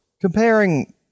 Comparing